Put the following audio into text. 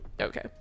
okay